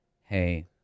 hey